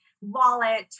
wallet